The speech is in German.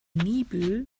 niebüll